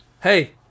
hey